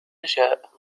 تشاء